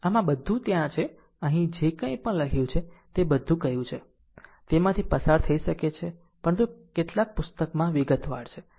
આમ આ બધું ત્યાં છે અહીં જે કંઈપણ લખ્યું છે તે બધું કહ્યું છે તેમાંથી પસાર થઈ શકે છે પરંતુ કેટલાક પુસ્તકમાં વિગતવાર છે